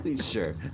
Sure